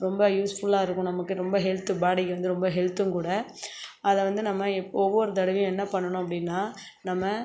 ரொம்ப யூஸ்ஃபுல்லாக இருக்கும் நமக்கு ரொம்ப ஹெல்த் பாடிக்கு வந்து ரொம்ப ஹெல்த்தும் கூட அதை வந்து நம்ம எப் ஒவ்வொரு தடவையும் என்ன பண்ணனும் அப்படின்னா நம்ம